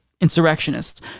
insurrectionists